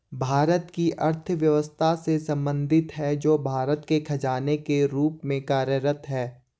भारत की अर्थव्यवस्था से संबंधित है, जो भारत के खजाने के रूप में कार्यरत है